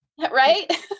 right